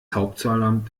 hauptzollamt